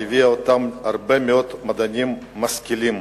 שהביאה אתה הרבה מאוד מדענים משכילים,